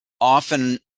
often